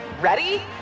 Ready